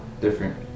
different